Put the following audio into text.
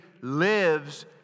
lives